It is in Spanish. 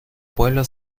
pueblo